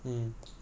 are stupid